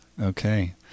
Okay